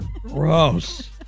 Gross